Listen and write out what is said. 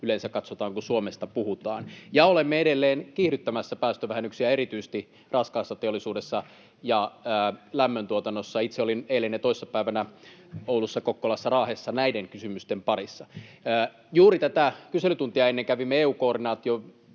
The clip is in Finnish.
yleensä katsotaan, kun Suomesta puhutaan. Olemme edelleen kiihdyttämässä päästövähennyksiä erityisesti raskaassa teollisuudessa ja lämmöntuotannossa. Itse olin eilen ja toissa päivänä Oulussa, Kokkolassa ja Raahessa näiden kysymysten parissa. Juuri ennen tätä kyselytuntia kävimme EU-koordinaation